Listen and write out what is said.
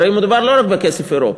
הרי מדובר לא רק בכסף אירופי.